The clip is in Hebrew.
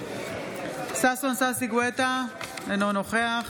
ששון ששי גואטה, אינו נוכח